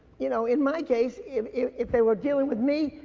you know in my case, if, if they were dealing with me,